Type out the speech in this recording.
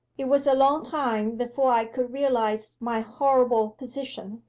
it was a long time before i could realize my horrible position.